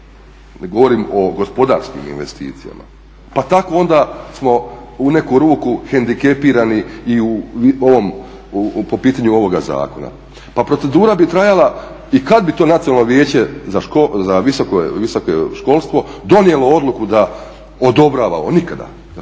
govorim o gospodarskim investicijama. Pa tako onda ruku hendikepiranih i po pitanju ovoga zakona. Pa procedura bi trajala, i kad bi to Nacionalno vijeće za visoko školstvo donijelo odluku da odobrava ovo? Nikada,